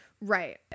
Right